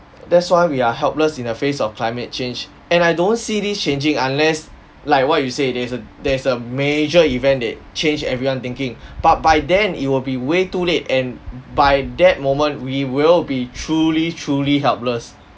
that's why we are helpless in the face of climate change and I don't see this changing unless like what you say there's a there's a major event that change everyone thinking but by then it will be way too late and by that moment we will be truly truly helpless